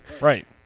right